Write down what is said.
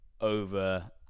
over